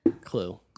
Clue